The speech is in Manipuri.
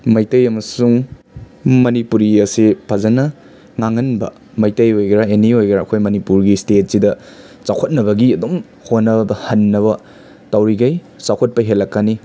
ꯃꯇꯩ ꯑꯃꯁꯨꯡ ꯃꯅꯤꯄꯨꯔꯤ ꯑꯁꯤ ꯐꯖꯅ ꯉꯥꯡꯍꯟꯕ ꯃꯩꯇꯩ ꯑꯣꯏꯒꯦꯔꯥ ꯑꯦꯅꯤ ꯑꯣꯏꯒꯦꯔꯥ ꯑꯩꯈꯣꯏ ꯃꯅꯤꯄꯨꯔꯒꯤ ꯁ꯭ꯇꯦꯠꯁꯤꯗ ꯆꯥꯎꯈꯠꯅꯕꯒꯤ ꯑꯗꯨꯝ ꯍꯣꯠꯅꯕ ꯍꯟꯅꯕ ꯇꯧꯔꯤꯈꯩ ꯆꯥꯎꯈꯠꯄ ꯍꯦꯂꯛꯀꯅꯤ